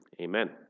Amen